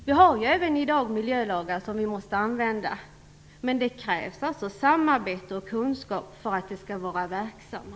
Vi har även i dag miljölagar som vi måste använda, men det krävs alltså samarbete och kunskap för att de skall vara verksamma.